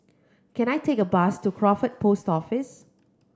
can I take a bus to Crawford Post Office